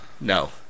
No